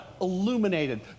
illuminated